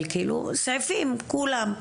סעיפים, כולם.